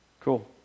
Cool